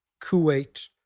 Kuwait